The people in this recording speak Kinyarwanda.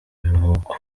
biruhuko